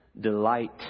delight